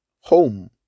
home